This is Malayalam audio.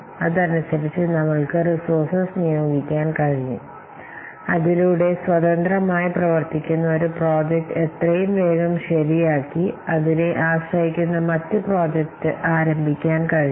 അതനുസരിച്ച് നമ്മൾക്ക് റിസോഴ്സസ് നിയോഗിക്കാൻ കഴിയും അതിലൂടെ സ്വതന്ത്രമായി പ്രവർത്തിക്കുന്ന മറ്റൊരു പ്രോജക്റ്റ് എത്രയും വേഗം പൂർത്തിയാക്കേണ്ടതാണ് അതുവഴി അതിനെ ആശ്രയിക്കുന്ന മറ്റ് പ്രോജക്റ്റ് ആരംഭിക്കാൻ കഴിയും